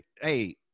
hey